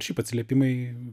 šiaip atsiliepimai